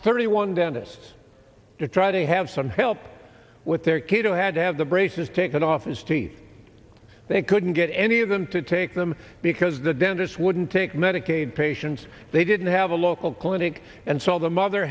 thirty one dennis to try to have some help with their kid who had to have the braces taken off his t v they couldn't get any of them to take them because the dentist didn't take medicaid patients they didn't have a local clinic and so the mother